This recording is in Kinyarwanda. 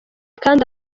kandi